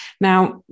Now